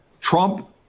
Trump